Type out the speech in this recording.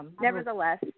nevertheless